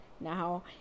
now